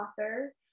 author